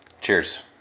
cheers